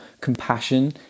compassion